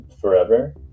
forever